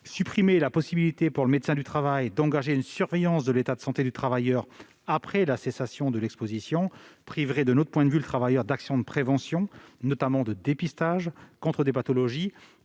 Supprimer la possibilité pour le médecin du travail d'engager une surveillance de l'état de santé du travailleur après la cessation de l'exposition priverait le travailleur d'actions de prévention, notamment de dépistage, contre des pathologies